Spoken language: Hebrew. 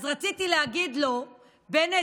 אז רציתי להגיד לו: בנט,